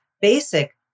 basic